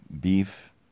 beef